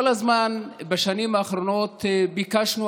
כל הזמן בשנים האחרונות ביקשנו,